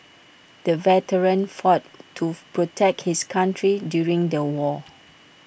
the veteran fought to protect his country during the war